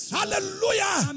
Hallelujah